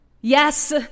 Yes